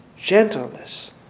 gentleness